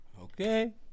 Okay